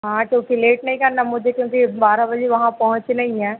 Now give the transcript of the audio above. हाँ तो फिर लेट नहीं करना मुझे क्योंकि बारा बजे वहाँ पहुँचना ही है